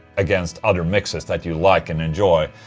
against other mixes that you like and enjoy.